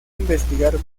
investigar